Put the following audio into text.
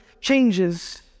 changes